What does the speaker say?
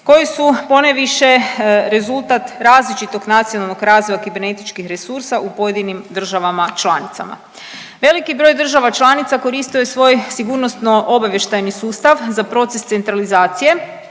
koje su ponajviše rezultat različitog nacionalnog razvoja kibernetičkih resursa u pojedinim državama članicama. Veliki broj država članica koristio je svoj sigurnosno obavještajni sustav za proces centralizacije